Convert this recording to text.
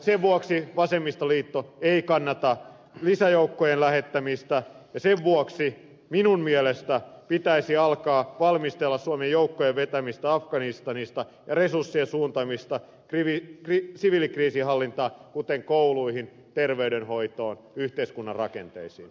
sen vuoksi vasemmistoliitto ei kannata lisäjoukkojen lähettämistä ja sen vuoksi minun mielestäni pitäisi alkaa valmistella suomen joukkojen vetämistä afganistanista ja resurssien suuntaamista siviilikriisinhallintaan kuten kouluihin terveydenhoitoon ja yhteiskunnan rakenteisiin